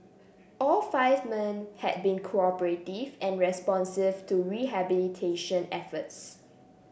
all five men had been cooperative and responsive to rehabilitation efforts